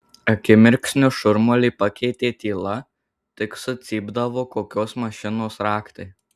akimirksniu šurmulį pakeitė tyla tik sucypdavo kokios mašinos ratai